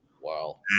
Wow